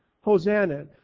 Hosanna